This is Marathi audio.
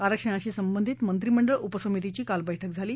आरक्षणाशी संबंधित मंत्रीमंडळ उपसमितीची काल बैठक झाली